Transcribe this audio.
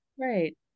Right